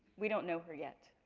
we don't know her yet.